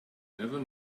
never